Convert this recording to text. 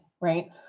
right